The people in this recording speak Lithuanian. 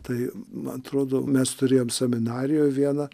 tai man atrodo mes turėjom seminarijoj vieną